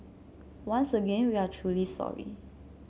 once again we are truly sorry